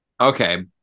Okay